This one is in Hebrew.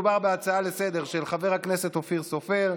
מדובר בהצעות לסדר-היום של חבר הכנסת אופיר סופר,